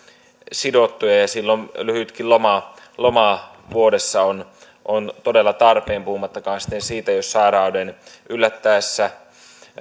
sidottuja silloin lyhytkin loma loma vuodessa on on todella tarpeen puhumattakaan sitten siitä jos sairauden yllättäessä